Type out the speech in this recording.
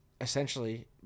essentially